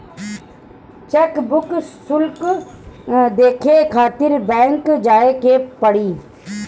chequebook शुल्क देखे खातिर बैंक जाए के पड़ी